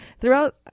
throughout